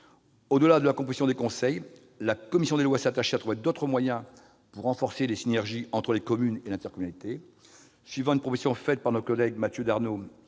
Au-delà de la composition des conseils, la commission des lois s'est attachée à trouver d'autres moyens pour renforcer les synergies entre les communes et l'intercommunalité. Suivant une proposition faite par notre collègue Mathieu Darnaud